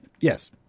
Yes